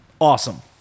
Awesome